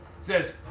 says